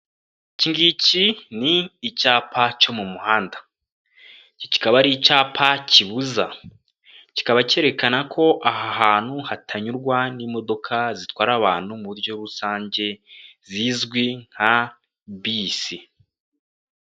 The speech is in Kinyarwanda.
Iki ngiki ni icyapa cyo mu muhanda, kikaba ari icyapa kibuza. Kikaba cyerekana ko aha hantu hatanyurwa n'imodoka zitwara abantu mu buryo rusange zizwi nka bisi.